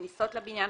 כניסות לבניין,